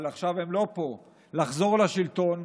לחזור לשלטון.